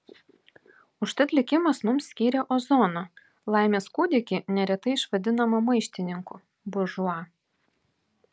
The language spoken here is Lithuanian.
užtat likimas mums skyrė ozoną laimės kūdikį neretai išvadinamą maištininku buržua